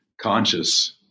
conscious